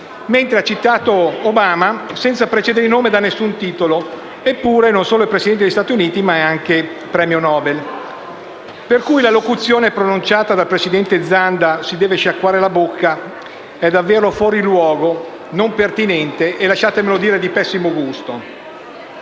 mentre ha citato Obama senza precedere con alcun titolo il nome; eppure non solo è Presidente degli Stati Uniti, ma è anche premio Nobel. Pertanto, la locuzione pronunciata dal presidente Zanda, «si deve sciacquare la bocca», è davvero fuori luogo, non pertinente e, lasciatemelo dire, di pessimo gusto.